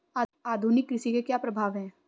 आधुनिक कृषि के क्या प्रभाव हैं?